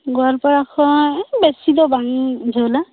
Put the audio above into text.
ᱜᱳᱣᱟᱞᱯᱟᱲᱟ ᱠᱷᱚᱱ ᱵᱮᱥᱤ ᱫᱚ ᱵᱟᱝ ᱡᱷᱟᱹᱞᱟ